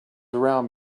around